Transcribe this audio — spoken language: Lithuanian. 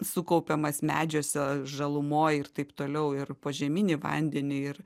sukaupiamas medžiuose žalumoj ir taip toliau ir požeminį vandenį ir